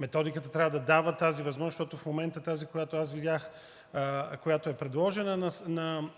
Методиката трябва да дава тази възможност, защото в момента тази, която аз видях, която е предложена